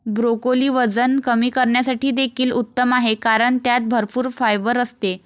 broccoli वजन कमी करण्यासाठी देखील उत्तम आहे कारण त्यात भरपूर फायबर असते